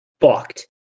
fucked